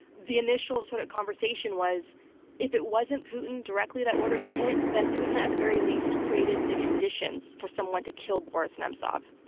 the initial sort of conversation was if it wasn't putin directly that ordered the hit, then putin, at the very least created the conditions for someone to kill boris nemtsov.